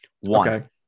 One